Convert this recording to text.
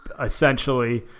essentially